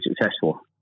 successful